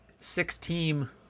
six-team